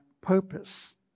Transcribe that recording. purpose